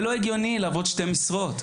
זה לא הגיוני לעבוד שתי משרות,